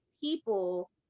people